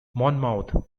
monmouth